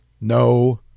no